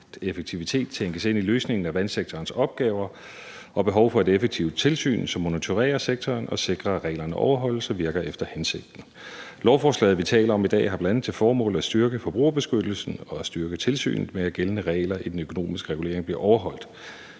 effektivitet tænkes ind i løsningen af vandsektorens opgaver, og behov for et effektivt tilsyn, som monitorerer sektoren og sikrer, at reglerne overholdes og virker efter hensigten. Lovforslaget, vi taler om i dag, har bl.a. til formål at styrke forbrugerbeskyttelsen og styrke tilsynet med, at gældende regler i den økonomiske regulering bliver overholdt.